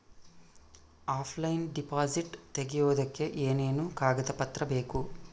Offline deposit ತೆಗಿಯೋದಕ್ಕೆ ಏನೇನು ಕಾಗದ ಪತ್ರ ಬೇಕು?